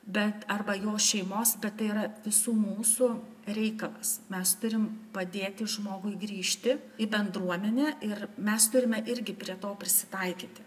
bet arba jo šeimos bet tai yra visų mūsų reikalas mes turim padėti žmogui grįžti į bendruomenę ir mes turime irgi prie to prisitaikyti